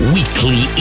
Weekly